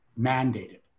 mandated